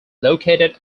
located